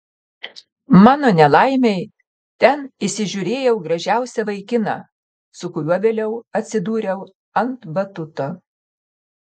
mano nelaimei ten įsižiūrėjau gražiausią vaikiną su kuriuo vėliau atsidūriau ant batuto